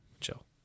chill